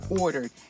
ordered